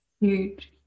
Huge